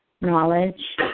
knowledge